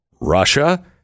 Russia